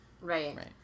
Right